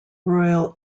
royal